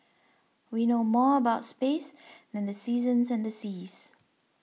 we know more about space than the seasons and the seas